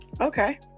okay